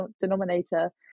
denominator